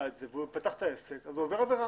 את זה והוא פתח את העסק הוא עובר עבירה.